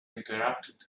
interrupted